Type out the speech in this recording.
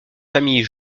famille